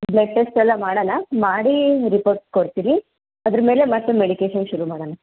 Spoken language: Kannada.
ಬ್ಲಡ್ ಟೆಸ್ಟ್ ಎಲ್ಲ ಮಾಡೋಣ ಮಾಡಿ ರಿಪೋರ್ಟ್ ಕೊಡ್ತೀವಿ ಅದ್ರ ಮೇಲೆ ಮತ್ತೆ ಮೆಡಿಟೇಕೇಷನ್ ಶುರು ಮಾಡೋಣ